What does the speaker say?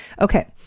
Okay